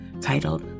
titled